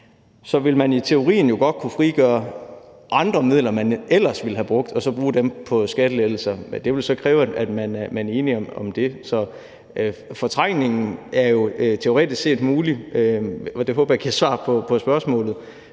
Man vil jo så i teorien godt kunne frigøre andre midler, man ellers ville have brugt, og så bruge dem på skattelettelser, men det vil så kræve, at man er enige om det. Så fortrængningen er jo teoretisk set mulig – og det håber jeg giver svar på spørgsmålet